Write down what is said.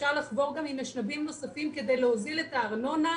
אפשר לחבור גם עם אשנבים נוספים כדי להוזיל את הארנונה,